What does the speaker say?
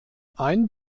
ein